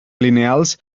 lineals